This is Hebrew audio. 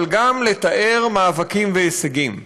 אבל גם לתאר מאבקים והישגים,